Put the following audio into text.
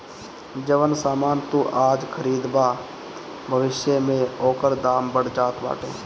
जवन सामान तू आज खरीदबअ भविष्य में ओकर दाम बढ़ जात बाटे